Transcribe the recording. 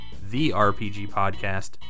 therpgpodcast